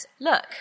Look